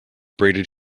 braided